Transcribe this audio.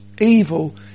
evil